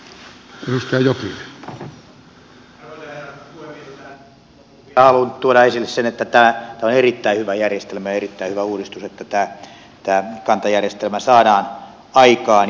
tähän loppuun vielä haluan tuoda esille sen että tämä on erittäin hyvä järjestelmä ja on erittäin hyvä uudistus että tämä kanta järjestelmä saadaan aikaan